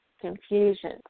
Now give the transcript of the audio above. confusion